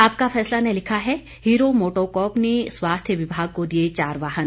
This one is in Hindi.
आपका फैसला ने लिखा है हीरो मोटोकॉर्प ने स्वास्थ्य विभाग को दिये चार वाहन